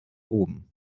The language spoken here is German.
oben